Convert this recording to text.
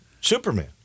Superman